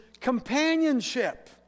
companionship